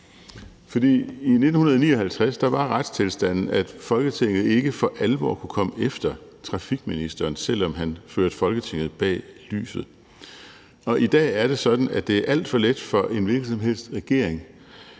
I 1959 var retstilstanden, at Folketinget ikke for alvor kunne komme efter trafikministeren, selv om han førte Folketinget bag lyset, og i dag er det sådan, at det er alt for let for en hvilken som helst regering